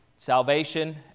salvation